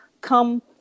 come